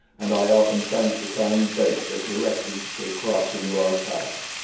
and i often thanked the kind fate that directed the crossing of our paths.